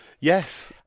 yes